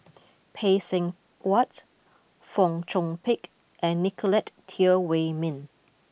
Phay Seng Whatt Fong Chong Pik and Nicolette Teo Wei Min